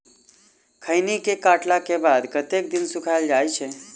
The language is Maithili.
खैनी केँ काटला केँ बाद कतेक दिन सुखाइल जाय छैय?